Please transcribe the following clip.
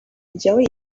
enjoy